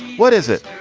what is it.